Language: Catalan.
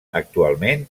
actualment